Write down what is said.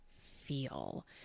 feel